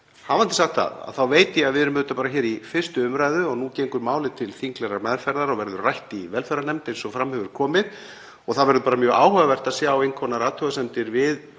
Hafandi sagt það þá veit ég að við erum auðvitað bara í 1. umr. Nú gengur málið til þinglegrar meðferðar og verður rætt í velferðarnefnd eins og fram hefur komið. Það verður mjög áhugavert að sjá innkomnar athugasemdir við